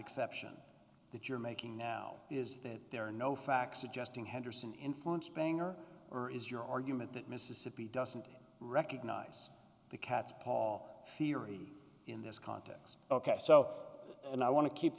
exception that you're making now is that there are no facts suggesting henderson influence banger or is your argument that mississippi doesn't recognize the cat's paw theory in this context ok so and i want to keep